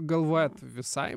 galvojat visai